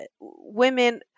women